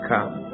Come